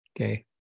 Okay